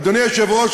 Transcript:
אדוני היושב-ראש,